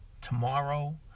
tomorrow